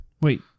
Wait